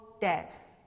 death